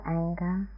anger